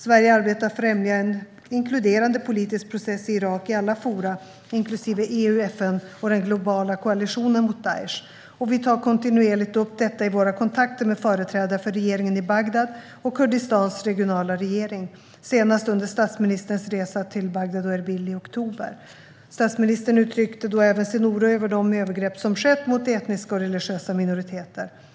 Sverige arbetar för att främja en inkluderande politisk process i Irak i alla forum, inklusive EU, FN och den globala koalitionen mot Daish, och vi tar kontinuerligt upp detta i våra kontakter med företrädare för regeringen i Bagdad och Kurdistans regionala regering, KRG, senast under statsministerns resa till Bagdad och Erbil i oktober. Statsministern uttryckte då även sin oro över de övergrepp som skett mot etniska och religiösa minoriteter. Herr talman!